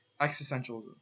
Existentialism